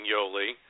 Yoli